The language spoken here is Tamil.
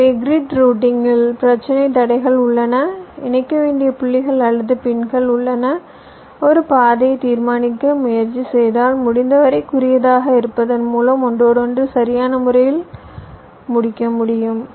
எனவே கிரிட் ரூட்டிங்கில் பிரச்சினை தடைகள் உள்ளன இணைக்க வேண்டிய புள்ளிகள் அல்லது பின்கள் உள்ளன ஒரு பாதையைத் தீர்மானிக்க முயற்சி செய்தால் முடிந்தவரை குறுகியதாக இருப்பதன் மூலம் ஒன்றோடொன்று சரியான முறையில் முடிக்க முடியும்